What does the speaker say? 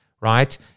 right